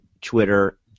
Twitter